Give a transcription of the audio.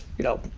you know,